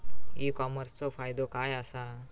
E कॉमर्सचो फायदो काय असा?